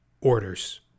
orders